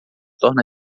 torna